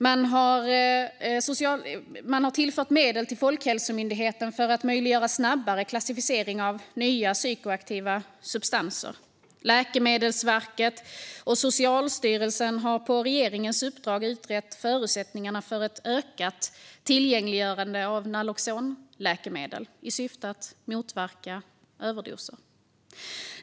Man har tillfört medel till Folkhälsomyndigheten för att möjliggöra snabbare klassificering av nya psykoaktiva substanser. Läkemedelsverket och Socialstyrelsen har på regeringens uppdrag utrett förutsättningarna för ökat tillgängliggörande av naloxonläkemedel i syfte att motverka överdoser.